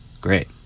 Great